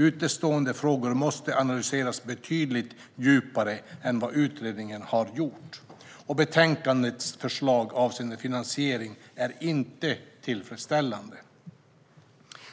Utestående frågor måste analyseras betydligt djupare än vad utredningen har gjort, och betänkandets förslag avseende finansiering är inte tillfredsställande.